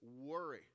worry